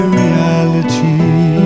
reality